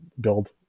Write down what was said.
build